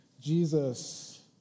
Jesus